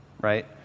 right